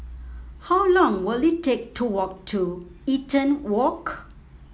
how long will it take to walk to Eaton Walk